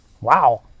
Wow